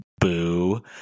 Boo